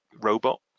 robot